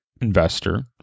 investor